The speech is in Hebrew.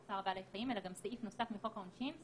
צער בעלי חיים אלא גם סעיף נוסף מחוק העונשין,